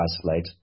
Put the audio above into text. isolate